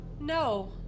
No